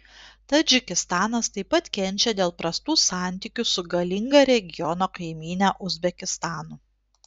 tadžikistanas taip pat kenčia dėl prastų santykių su galinga regiono kaimyne uzbekistanu